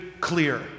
clear